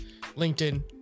LinkedIn